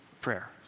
prayer